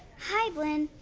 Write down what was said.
hi, blynn.